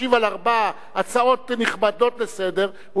משיב על ארבע הצעות נכבדות לסדר-היום,